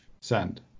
Send